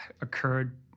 occurred